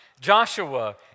Joshua